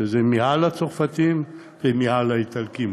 שזה מעל הצרפתים ומעל האיטלקים,